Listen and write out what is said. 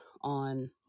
on